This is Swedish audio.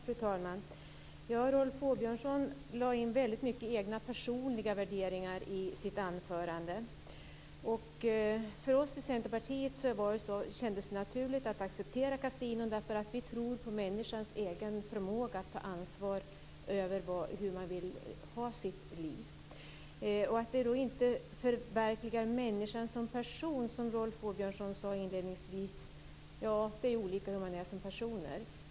Fru talman! Rolf Åbjörnsson lade in väldigt mycket av personliga värderingar i sitt anförande. För oss i Centerpartiet kändes det naturligt att acceptera kasinon därför att vi tror på människans förmåga att själv ta ansvar för sitt liv. Rolf Åbjörnsson sade inledningsvis att spel inte förverkligar människan som person, men vi är olika som personer.